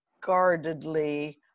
guardedly